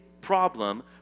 problem